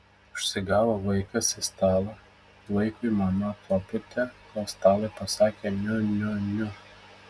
užsigavo vaikas į stalą vaikui mama papūtė o stalui pasakė niu niu niu